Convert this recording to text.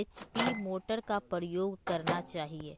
HP motor का उपयोग करना चाहिए?